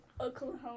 oklahoma